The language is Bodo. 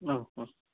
ओं अह